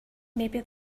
maybe